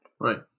right